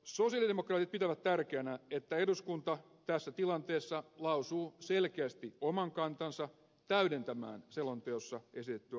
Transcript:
sosialidemokraatit pitävät tärkeänä että eduskunta tässä tilanteessa lausuu selkeästi oman kantansa täydentämään selonteossa esitettyä arviota